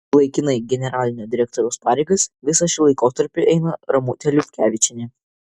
laikinai generalinio direktoriaus pareigas visą šį laikotarpį eina ramutė liupkevičienė